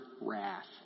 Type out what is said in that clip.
wrath